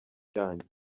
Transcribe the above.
cyanyu